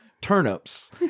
turnips